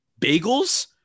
bagels